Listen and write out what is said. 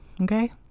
okay